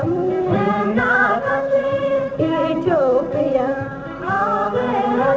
no no no no no